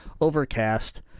Overcast